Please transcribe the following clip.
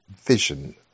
vision